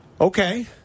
Okay